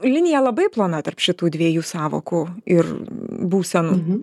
linija labai plona tarp šitų dviejų sąvokų ir būsenų